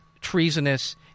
Treasonous